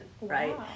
right